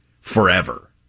forever